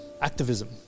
activism